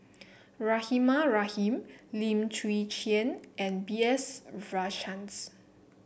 Rahimah Rahim Lim Chwee Chian and B S Rajhans